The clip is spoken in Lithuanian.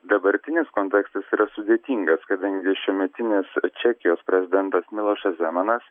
dabartinis kontekstas yra sudėtingas kadangi šiųmetinis čekijos prezidentas milošas zemanas